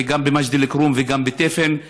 וגם במג'ד אל-כרום וגם בתפן,